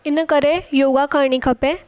इन करे योगा करिणी खपे